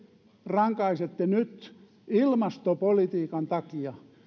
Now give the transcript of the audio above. rankaisette nyt ilmastopolitiikan takia